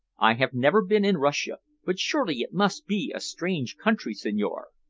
i have never been in russia, but surely it must be a strange country, signore!